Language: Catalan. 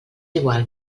igual